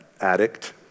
addict